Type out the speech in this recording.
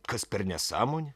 kas per nesąmonė